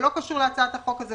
זה לא קשור להצעת החוק הזאת.